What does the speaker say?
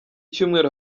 cyumweru